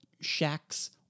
shacks